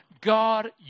God